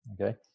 Okay